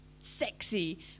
sexy